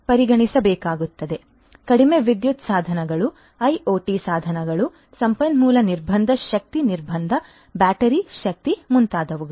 ಆದ್ದರಿಂದ ಕಡಿಮೆ ವಿದ್ಯುತ್ ಸಾಧನಗಳು ಐಒಟಿ ಸಾಧನಗಳು ಸಂಪನ್ಮೂಲ ನಿರ್ಬಂಧ ಶಕ್ತಿಯ ನಿರ್ಬಂಧ ಬ್ಯಾಟರಿ ಶಕ್ತಿ ಮುಂತಾದವುಗಳು